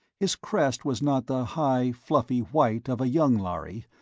his crest was not the high, fluffy white of a young lhari,